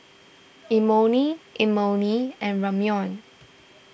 Imoni Imoni and Ramyeon